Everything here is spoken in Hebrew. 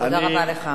תודה רבה לך.